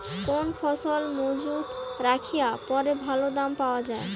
কোন ফসল মুজুত রাখিয়া পরে ভালো দাম পাওয়া যায়?